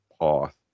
path